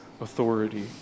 authority